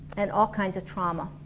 and all kinds of trauma